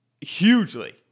hugely